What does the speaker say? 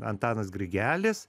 antanas grigelis